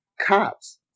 cops